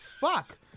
fuck